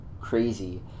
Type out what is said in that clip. crazy